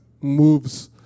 moves